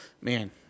man